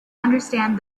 understand